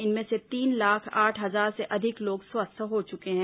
इनमें से तीन लाख आठ हजार से अधिक लोग स्वस्थ हो चुके हैं